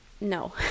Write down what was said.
no